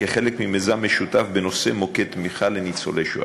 כחלק ממיזם משותף בנושא מוקד תמיכה לניצולי שואה.